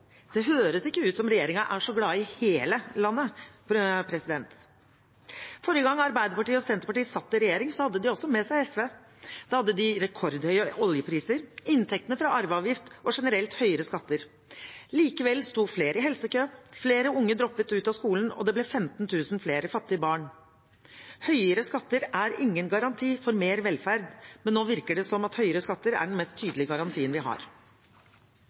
Det høres ikke ut som regjeringen er så glad i hele landet. Forrige gang Arbeiderpartiet og Senterpartiet satt i regjering, hadde de også med seg SV. Da hadde de rekordhøye oljepriser, inntekter fra arveavgift og generelt høyere skatter. Likevel sto flere i helsekø, flere unge droppet ut av skolen, og det ble 15 000 flere fattige barn. Høyere skatter er ingen garanti for mer velferd, men nå virker det som om høyere skatter er den mest tydelige garantien vi har.